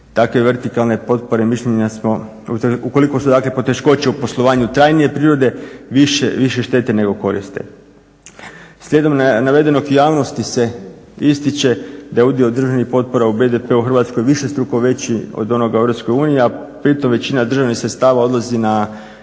takve vertikalne potpore i mišljenja smo, ukoliko su dakle poteškoće u poslovanju trajnije prirode više štete nego koristi. Slijedom navedenog u javnosti se ističe da je udio državnih potpora u BDP-u u Hrvatskoj višestruko veći od onoga u Europskoj uniji, a pritom većina državnih sredstava odlazi na